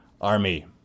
army